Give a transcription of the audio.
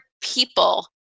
people